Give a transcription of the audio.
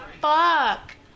fuck